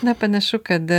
nepanašu kad